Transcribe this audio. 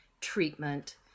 treatment